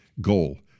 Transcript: goal